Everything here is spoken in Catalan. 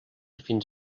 fins